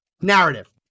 narrative